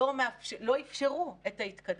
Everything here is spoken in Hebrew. לא אפשרו את ההתקדמות.